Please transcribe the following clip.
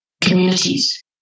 communities